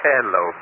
Hello